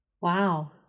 Wow